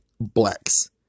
blacks